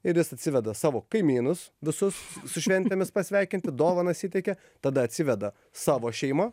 ir jis atsiveda savo kaimynus visus su šventėmis pasveikinti dovanas įteikia tada atsiveda savo šeimą